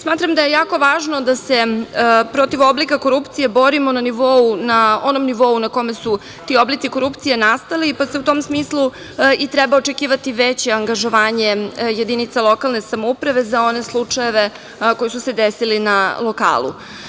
Smatram da je jako važno da se protiv oblika korupcije borimo na onom nivou na kome su ti oblici korupcije nastali, pa se u tom smislu i treba očekivati veće angažovanje jedinica lokalne samouprave za one slučajeve koji su se desili na lokalu.